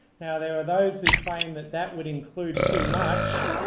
now there are those who claim that that would include too much,